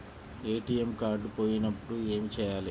ATM card పోయినప్పుడు ఏమి చేయాలి?